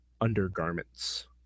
undergarments